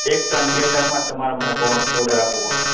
એક ટન બે ટન માં તમારે મને ઓડર આપવો પડસે